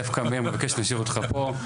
דווקא מאיר מבקש להשאיר אותך פה,